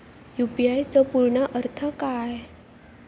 UPI चो पूर्ण अर्थ काय?